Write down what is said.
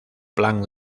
plan